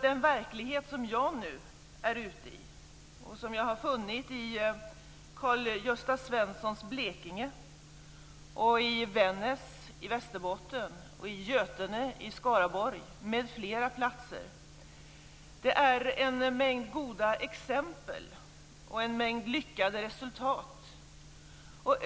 Den verklighet som jag nu är ute i och som jag har funnit i Karl-Gösta Svensons Blekinge, i Vännäs i Västerbotten, i Götene i Skaraborg och på flera platser utgörs av en mängd goda exempel och lyckade resultat.